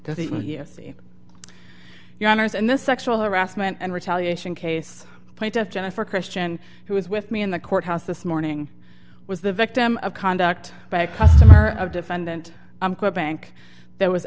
see your honour's and the sexual harassment and retaliation case plaintiff jennifer christian who was with me in the courthouse this morning was the victim of conduct by a customer of defendant i'm quite a bank that was